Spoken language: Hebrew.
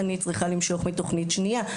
אני צריכה למשוך מתוכנית שנייה.